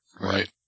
Right